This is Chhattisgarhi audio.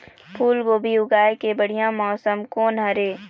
फूलगोभी उगाए के बढ़िया मौसम कोन हर ये?